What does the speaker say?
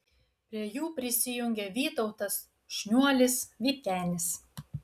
prie jų prisijungė vytautas šniuolis vytenis